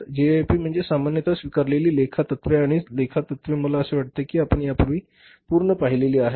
GAAP म्हणजे सामान्यत स्वीकारलेली लेखा तत्त्वे आणि ही लेखा तत्त्वे मला वाटते की आपण यापूर्वी पूर्ण पाहिलेली आहेत